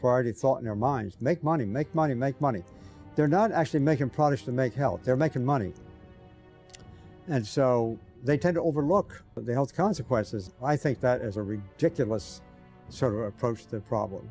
part it's all in their minds make money make money make money they're not actually making products to make health they're making money and so they tend to overlook but the health consequences i think that is a ridiculous sort of approach the problem